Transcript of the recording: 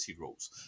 rules